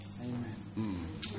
Amen